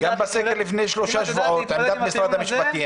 גם בסגר לפני 3 שבועות עמדת משרד המשפטים